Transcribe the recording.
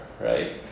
right